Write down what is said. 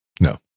No